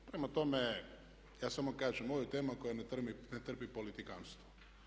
Prema tome, ja samo kažem ovo je tema koja ne trpi politikanstvo.